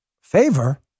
Favor